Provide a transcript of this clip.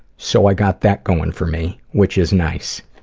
so i got that going for me. which is nice.